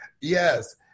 Yes